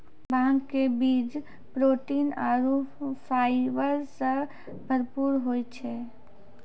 भांग के बीज प्रोटीन आरो फाइबर सॅ भरपूर होय छै